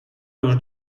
już